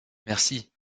merci